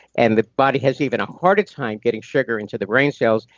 and the body has even a harder time getting sugar into the brain cells,